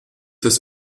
das